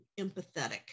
empathetic